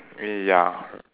I mean ya